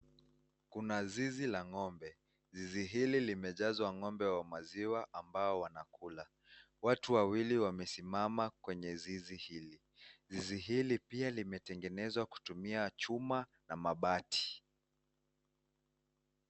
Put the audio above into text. Kuna zizi la ng'ombe. Zizi hili limejazwa ng'ombe wa maziwa ambao wanakula. Watu wawili wamesimama kwenye zizi hili. Zizi hili pia limetengenezwa kutumia chuma na mabati.